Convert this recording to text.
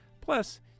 Plus